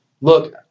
look